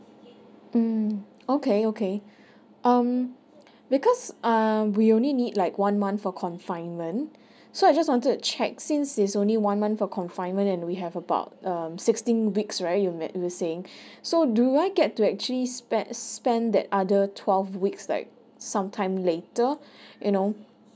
mm okay okay um because um we only need like one month for confinement so I just wanted check since is only one month for confinement and we have about um sixteen weeks right you met you were saying so do I get to actually spent spent that other twelve weeks like sometime later you know